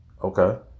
Okay